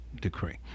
decree